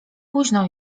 późno